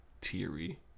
Teary